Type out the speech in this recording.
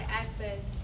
access